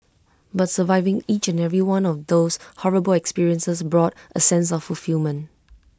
but surviving each and every one of those terrible experiences brought A sense of fulfilment